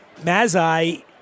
Mazai